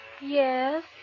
Yes